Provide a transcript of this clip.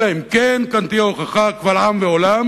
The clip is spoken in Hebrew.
אלא אם כן כאן תהיה הוכחה קבל עם ועולם